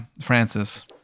Francis